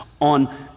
on